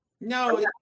No